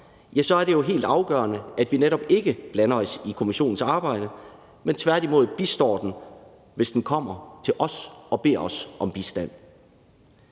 så er det jo helt afgørende, at vi netop ikke blander os i kommissionens arbejde, men tværtimod bistår den, hvis den kommer til os og beder os om bistand.